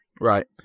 Right